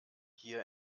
hier